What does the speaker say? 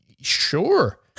Sure